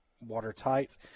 watertight